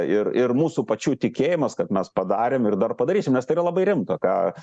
ir ir mūsų pačių tikėjimas kad mes padarėm ir dar padarysim nes tai yra labai rimta ką